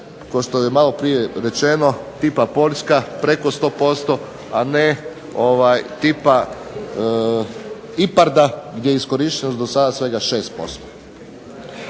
kao što je maloprije rečeno tipa Poljska preko 100%, a ne tipa IPARD-a gdje je iskorištenost do sada svega 6%.